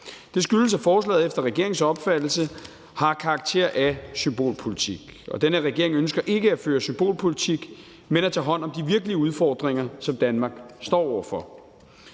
Det skyldes, at forslaget efter regeringens opfattelse har karakter af symbolpolitik, og den her regering ønsker ikke at føre symbolpolitik, men at tage hånd om de virkelige udfordringer, som Danmark står over for.